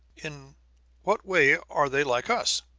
in what way are they like us?